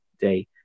day